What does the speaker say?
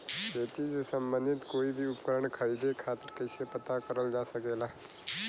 खेती से सम्बन्धित कोई उपकरण खरीदे खातीर कइसे पता करल जा सकेला?